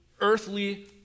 earthly